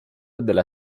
della